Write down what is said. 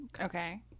Okay